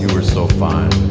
are so fine